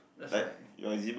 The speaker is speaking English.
like your eczema